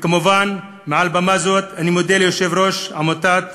וכמובן, מעל במה זו אני מודה ליושב-ראש עמותת